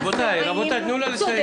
רבותיי, תנו לה לסיים.